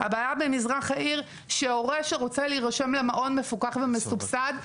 הבעיה במזרח העיר שהורה שרוצה להירשם למעון מפוקח ומסובסד,